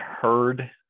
heard